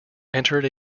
entered